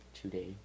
today